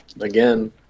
again